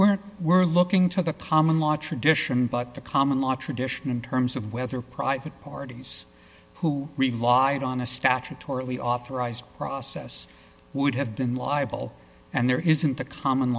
we're we're looking to the common law tradition but the common law tradition in terms of whether private parties who relied on a statutorily authorized process would have been liable and there isn't a common